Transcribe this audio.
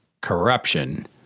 corruption